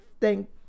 thank